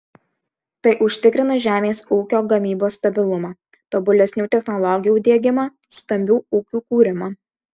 tai užtikrina žemės ūkio gamybos stabilumą tobulesnių technologijų diegimą stambių ūkių kūrimą